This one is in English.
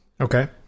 okay